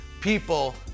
people